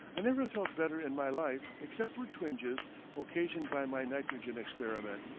i never felt better in my life except for twinges occasioned by my nitrogen experiment.